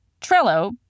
Trello